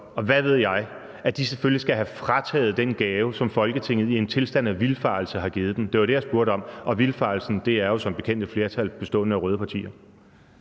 og hvad ved jeg, selvfølgelig skal have frataget den gave, som Folketinget i en tilstand af vildfarelse har givet dem. Det var det, jeg spurgte om. Og vildfarelsen var som bekendt blandt et flertal bestående af røde partier.